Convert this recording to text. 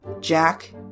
Jack